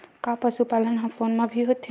का पशुपालन ह फोन म भी होथे?